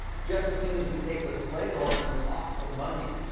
just as soon as we take the slave owners off the money.